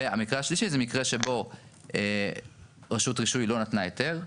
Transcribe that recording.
והמקרה השלישי זה מקרה שבו רשות רישוי לא נתנה היתר,